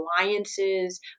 alliances